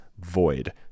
void